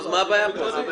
אז מה הבעיה פה?